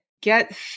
get